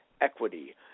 equity